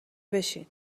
بشین